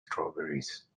strawberries